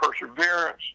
perseverance